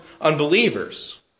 unbelievers